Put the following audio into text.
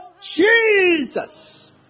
Jesus